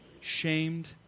shamed